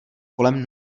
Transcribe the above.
kolem